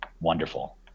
wonderful